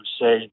say